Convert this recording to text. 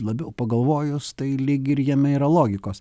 labiau pagalvojus tai lyg ir jame yra logikos